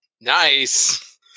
Nice